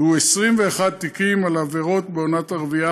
היא 21 תיקים על עבירות בעונת הרבייה,